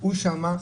הוא שם,